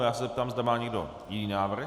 Já se zeptám, zda má někdo jiný návrh.